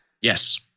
Yes